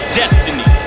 destiny